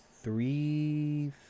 three